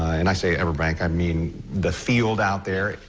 and i say everbank, i mean the field out there.